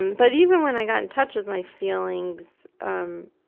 um but even when i got in touch with my feelings, um